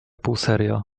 półserio